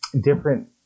different